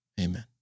Amen